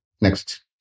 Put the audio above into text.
Next